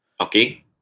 Okay